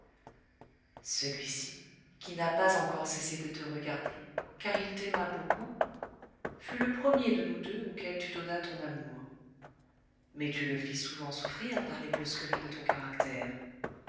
celui-ci qui n'a pas encore cessé de te regarder car il t'aima beaucoup fut le premier de nous deux auquel tu donnas ton amour mais tu le fis souvent souffrir par les brusqueries de ton caractère